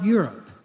Europe